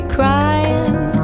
crying